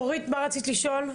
אורית, מה רצית לשאול?